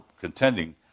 contending